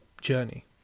journey